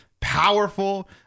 powerful